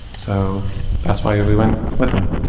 so that's why we went with them